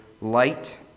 light